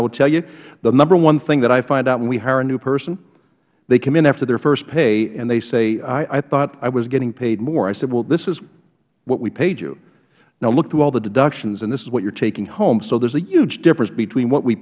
i will tell you the number one thing that i find out when we hire a new person they come in after their first pay and they say i thought i was getting paid more i say well this is what we paid you now look through all the deductions and this is what you are taking home so there is a huge difference between what we